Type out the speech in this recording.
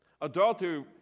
Adultery